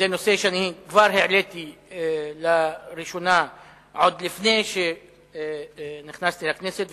זה נושא שאני כבר העליתי לראשונה עוד לפני שנכנסתי לכנסת,